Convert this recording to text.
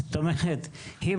זאת אומרת אם